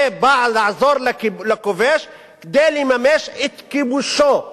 זה בא לעזור לכובש כדי לממש את כיבושו,